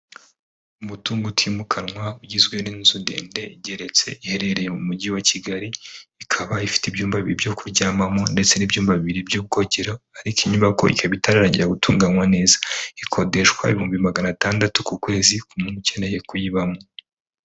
Umutungo utimukanwa ugizwe n'inzu ndende igeretse iherereye mu mujyi wa Kigali, ikaba ifite ibyumba bibiri byo kuryamamo ndetse n'ibyumba bibiri by'ubwogero, ariko inyubako ikaba itararangira gutunganwa neza, ikodeshwa ibihumbi magana atandatu ku kwezi k'umuntu ukeneye kuyibamo.